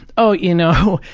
oh, you know,